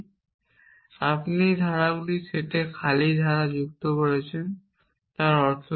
আপনি আপনার ধারাগুলির সেটে খালি ধারা যুক্ত করেছেন তার অর্থ কী